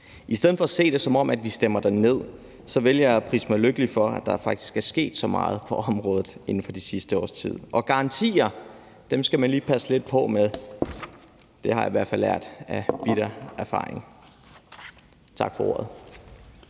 I stedet for at se det, som om vi stemmer det ned, vælger jeg at prise mig lykkelig for, at der faktisk er sket så meget på området inden for det sidste års tid. Og garantier skal man lige passe lidt på med. Det har jeg i hvert fald lært af bitter erfaring. Tak for ordet.